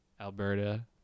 Alberta